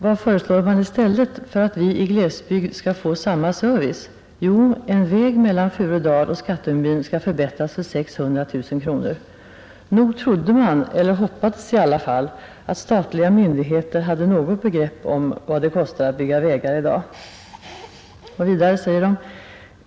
Vad föreslår man i stället för att vi i glesbygd skall få samma service? Jo, en väg mellan Furudal och Skattungbyn skall förbättras för 600 000 kronor. Nog trodde man eller hoppades i alla fall, att statliga myndigheter hade något begrepp om vad det kostar att bygga vägar i dag.